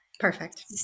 Perfect